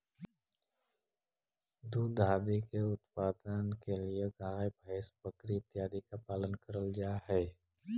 दुग्ध आदि के उत्पादन के लिए गाय भैंस बकरी इत्यादि का पालन करल जा हई